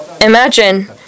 imagine